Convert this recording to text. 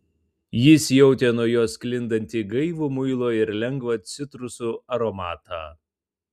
jis jautė nuo jos sklindantį gaivų muilo ir lengvą citrusų aromatą